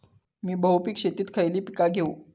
मी बहुपिक शेतीत खयली पीका घेव?